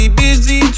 busy